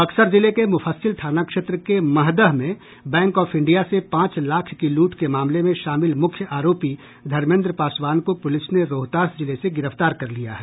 बक्सर जिले के मुफस्सिल थाना क्षेत्र के महदह में बैंक ऑफ इंडिया से पांच लाख की लूट के मामले में शामिल मुख्य आरोपी धर्मेन्द्र पासवान को पुलिस ने रोहतास जिले से गिरफ्तार कर लिया है